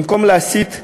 במקום להסית,